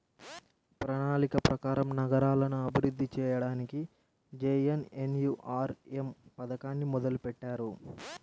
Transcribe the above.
ప్రణాళిక ప్రకారం నగరాలను అభివృద్ధి చెయ్యడానికి జేఎన్ఎన్యూఆర్ఎమ్ పథకాన్ని మొదలుబెట్టారు